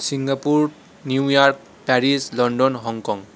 Singapore New York Paris London Hong Kong